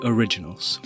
Originals